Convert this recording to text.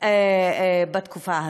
בתקופה הזאת.